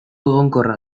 egonkorra